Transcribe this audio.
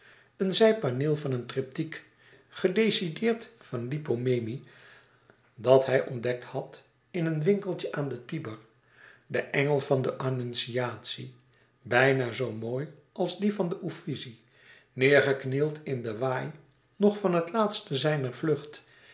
een zijpaneel van een tryptiek gedecideerd van lippo memmi dat hij ontdekt had in een winkeltje aan den tiber de engel van de annonciatie bijna zoo mooi als die van de uffizie neêrgeknield in den waai nog van het laatste zijner vlucht